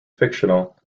fictional